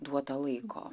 duota laiko